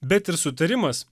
bet ir sutarimas